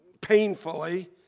painfully